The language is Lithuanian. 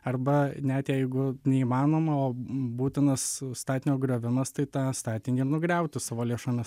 arba net jeigu neįmanoma o būtinas statinio griovimas tai tą statinį ir nugriauti savo lėšomis